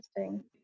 interesting